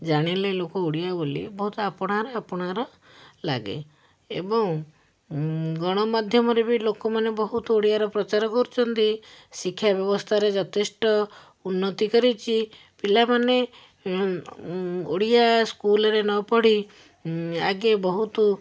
ଜାଣିଲେ ଲୋକ ଓଡ଼ିଆ ବୋଲି ବହୁତ ଆପଣାର ଆପଣାର ଲାଗେ ଏବଂ ଗଣମାଧ୍ୟମରେ ବି ବହୁତ ଲୋକମାନେ ଓଡ଼ିଆର ପ୍ରଚାର କରୁଛନ୍ତି ଶିକ୍ଷା ବ୍ୟବସ୍ଥାରେ ଯଥେଷ୍ଟ ଉନ୍ନତି କରିଛି ପିଲାମାନେ ଓଡ଼ିଆ ସ୍କୁଲରେ ନ ପଢ଼ି ଆଗେ ବହୁତ